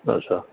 اچھا